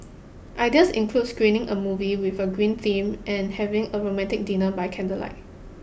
ideas include screening a movie with a green theme and having a romantic dinner by candlelight